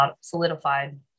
solidified